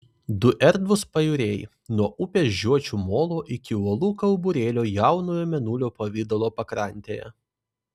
du erdvūs pajūriai nuo upės žiočių molo iki uolų kauburėlio jaunojo mėnulio pavidalo pakrantėje